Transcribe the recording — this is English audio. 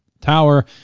tower